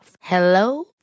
Hello